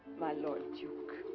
my lord duke.